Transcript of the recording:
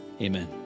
Amen